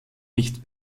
nicht